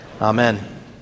Amen